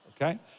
Okay